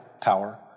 power